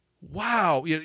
wow